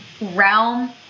realm